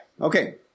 Okay